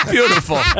Beautiful